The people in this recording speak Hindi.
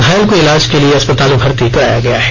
घायल को इलाज के लिए अस्पताल में भर्ती कराया गया है